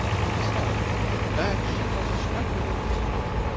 he discovered that she was a strikingly pretty girl,